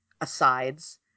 asides